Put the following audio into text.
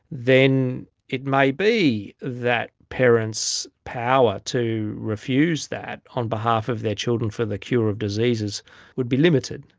then it may be that parents' power to refuse that on behalf of their children for the cure of diseases would be limited.